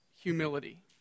Humility